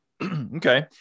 okay